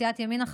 סיעת ימינה,